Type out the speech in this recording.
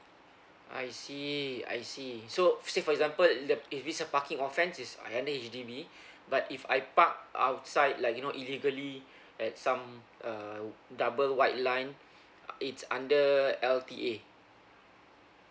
I see I see so say for example if it's a parking offence it's uh under H_D_B but if I parked outside like you know illegally at some uh double white line it's under L_T_A